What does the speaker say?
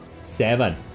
Seven